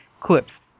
clips